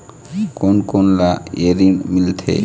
कोन कोन ला ये ऋण मिलथे?